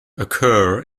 occur